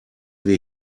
wir